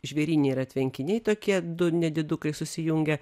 žvėryne yra tvenkiniai tokie du nedidukai susijungia